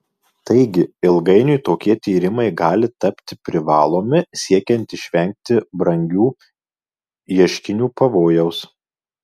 taigi ilgainiui tokie tyrimai gali tapti privalomi siekiant išvengti brangių ieškinių pavojaus